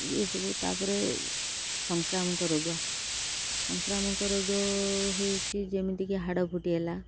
ଏସବୁ ତାପରେ ସଂକ୍ରାମକ ରୋଗ ସଂକ୍ରାମକ ରୋଗ ହେଉଛି ଯେମିତିକି ହାଡ଼ଫୁଟି ହେଲା